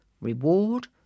reward